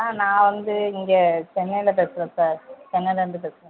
sir நான் வந்து இங்கே சென்னையில் பேசுகிறேன் சார் சென்னையிலேருந்து பேசுகிறேன் சார்